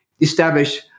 establish